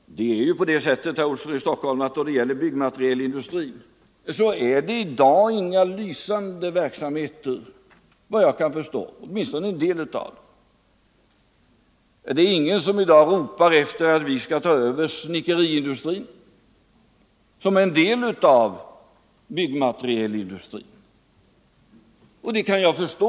Dessutom uppvisar byggmaterialindustrin, åtminstone vissa delar av den, i dag såvitt jag förstår ingen lysande verksamhet. Det är ingen som i dag ropar efter att vi skall ta över snickeriindustrin, som är en del av byggmaterial Nr 131 industrin, och det kan jag förstå.